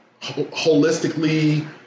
holistically